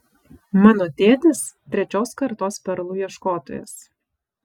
mano tėtis trečios kartos perlų ieškotojas